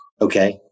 Okay